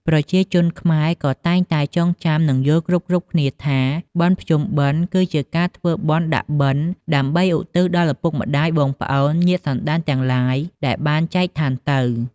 ប្រជាជនខែ្មក៏តែងតែចងចាំនិងយល់គ្រប់ៗគ្នាថា “បុណ្យភ្ជុំបិណ្យ” គឺជាការធ្វើបុណ្យដាក់បិណ្ឌដើម្បីឧទ្ទិសដល់ឪពុក ម្តាយ បងប្អូន ញាតិសន្តានទាំងឡាយ ដែលបានចែកឋានទៅ។